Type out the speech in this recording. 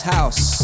House